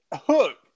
Hook